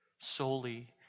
solely